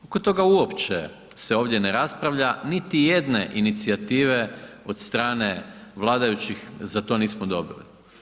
Oko toga uopće se ovdje ne raspravlja, niti jedne inicijative od strane vladajućih za to nismo dobili.